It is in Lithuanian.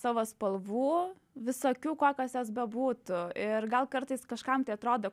savo spalvų visokių kokios jos bebūtų ir gal kartais kažkam tai atrodo